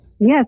Yes